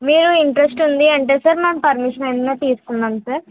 మీరు ఇంట్రెస్ట్ ఉంది అంటే సార్ మనం పర్మిషన్ అన్న తీసుకుందాం సార్